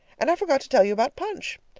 and i forgot to tell you about punch.